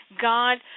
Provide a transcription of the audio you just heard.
God